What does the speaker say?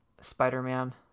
Spider-Man